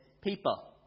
people